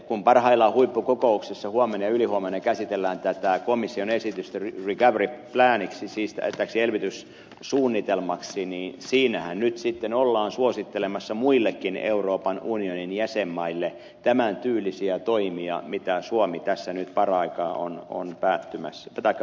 kun huippukokouksessa huomenna ja ylihuomenna käsitellään tätä komission esitystä recovery planiksi siis täksi elvytyssuunnitelmaksi niin siinähän nyt sitten ollaan suosittelemassa muillekin euroopan unionin jäsenmaille tämän tyylisiä toimia joista suomi tässä nyt paraikaa on päättämässä